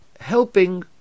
helping